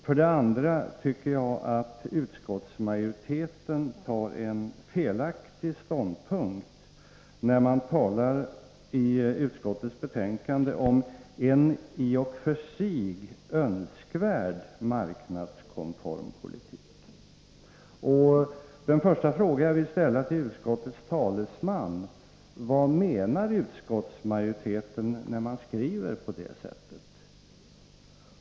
För det andra tycker jag att utskottsmajoriteten tar en felaktig ståndpunkt när man i utskottets betänkande talar om en ”i och för sig önskvärd marknadskonform politik”. Den fråga som jag vill ställa till utskottets talesman är: Vad menar utskottsmajoriteten när man skriver på detta sätt?